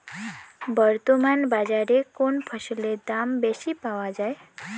বর্তমান বাজারে কোন ফসলের দাম বেশি পাওয়া য়ায়?